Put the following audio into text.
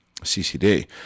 CCD